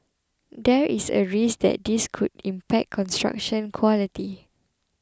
there is a risk that this could impact construction quality